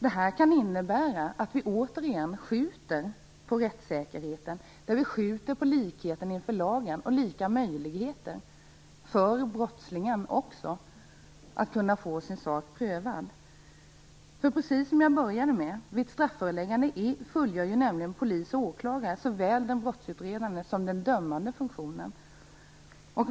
Det här kan innebära att vi återigen skjuter på rättssäkerheten och på likheten inför lagen och brottslingarnas lika möjligheter att få sin sak prövad. Vid strafföreläggande fullgör ju polis och åklagare som sagt såväl den brottsutredande som den dömande funktionen.